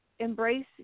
Embrace